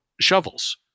shovels